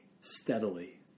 steadily